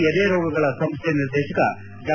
ಎದೆ ರೋಗಗಳ ಸಂಸ್ಟೆ ನಿರ್ದೇಶಕ ಡಾ